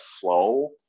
flow